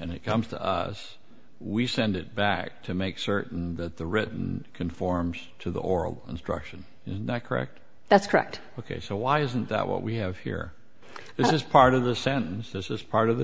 and it comes to us we send it back to make certain that the written conforms to the oral instruction is not correct that's correct ok so why isn't that what we have here this is part of the sentence this is part of the